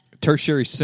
tertiary